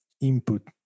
input